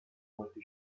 molti